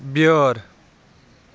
بیٛٲرۍ